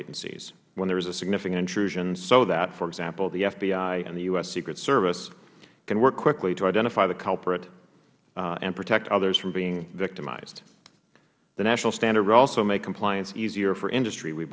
agencies when there is a significant intrusion so that for example the fbi and the u s secret service can work quickly to identify the culprit and protect others from being victimized the national standard would also make compliance easier for industry we